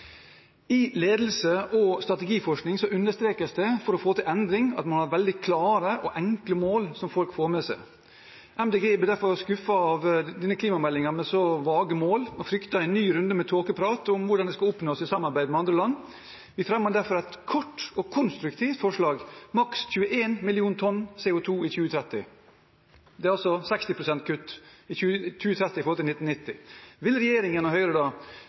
I ledelse og strategiforskning understrekes det at for å få til endring må man ha veldig klare og enkle mål som folk får med seg. Miljøpartiet De Grønne ble derfor skuffet over denne klimameldingen, med så vage mål, og frykter en ny runde med tåkeprat om hvordan det skal oppnås i samarbeid med andre land. Vi fremmer derfor et kort og konstruktivt forslag: maks 21 mill. tonn CO 2 i 2030. Det er 60 pst. kutt i forhold til 1990. Vil regjeringen og Høyre,